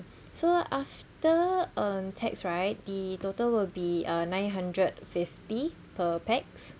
so after um tax right the total will be uh nine hundred fifty per pax